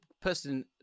person